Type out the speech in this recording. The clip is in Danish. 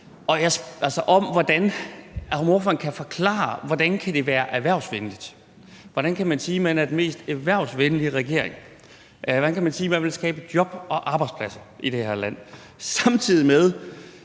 om ordføreren kan forklare, hvordan det kan være erhvervsvenligt. Hvordan kan man sige, at man er den mest erhvervsvenlige regering, og hvordan kan man sige, at man vil skabe job og arbejdspladser i det her land